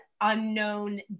unknown